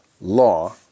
law